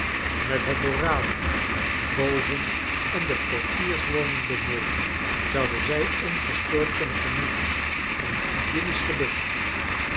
met het dorado boven en de portiers woning beneden zouden zij ongestoord kunnen genieten van een idyllisch geluk